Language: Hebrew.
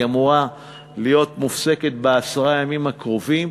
היא אמורה להיות מופסקת בעשרת הימים הקרובים.